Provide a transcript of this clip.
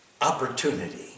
opportunity